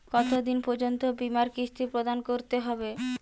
কতো দিন পর্যন্ত বিমার কিস্তি প্রদান করতে হবে?